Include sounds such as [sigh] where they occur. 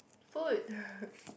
food [laughs]